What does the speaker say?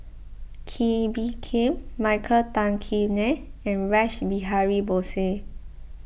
Kee Bee Khim Michael Tan Kim Nei and Rash Behari Bose